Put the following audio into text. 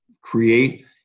create